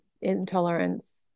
intolerance